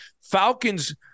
Falcons